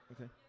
okay